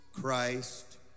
Christ